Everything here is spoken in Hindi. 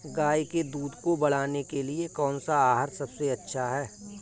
गाय के दूध को बढ़ाने के लिए कौनसा आहार सबसे अच्छा है?